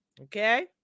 okay